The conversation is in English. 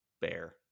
bear